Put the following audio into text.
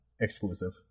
Exclusive